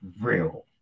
real